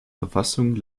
verfassung